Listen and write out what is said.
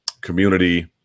community